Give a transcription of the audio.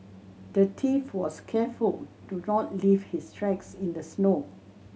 the thief was careful to not leave his tracks in the snow